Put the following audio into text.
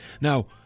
Now